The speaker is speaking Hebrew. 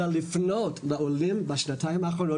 אלא לפנות לעולים בשנתיים האחרונות